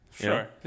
Sure